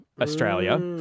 Australia